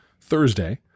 Thursday